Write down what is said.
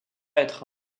être